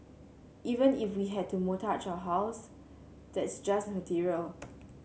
even if we had to mortgage our house that's just material